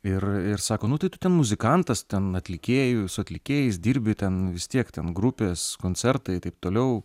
ir ir sako nu tai tu ten muzikantas ten atlikėju su atlikėjais dirbi ten vis tiek ten grupės koncertai taip toliau